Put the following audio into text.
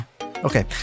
Okay